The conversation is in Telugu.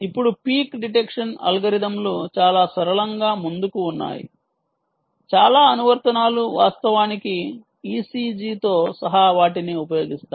ఇప్పుడు పీక్ డిటెక్షన్ అల్గోరిథంలు చాలా సరళంగా ముందుకు ఉన్నాయి చాలా అనువర్తనాలు వాస్తవానికి ECG తో సహా వాటిని ఉపయోగిస్తాయి